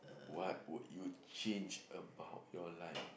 what would you change about your life